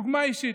דוגמה אישית.